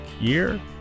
year